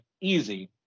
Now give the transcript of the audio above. easy